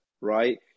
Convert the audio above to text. right